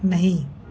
नहीं